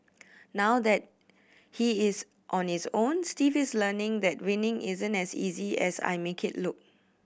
now that he is on his own Steve is learning that winning isn't as easy as I make it look